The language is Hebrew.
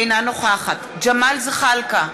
אינה נוכחת ג'מאל זחאלקה,